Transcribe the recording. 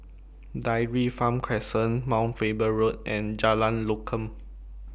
Dairy Farm Crescent Mount Faber Road and Jalan Lokam